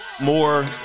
more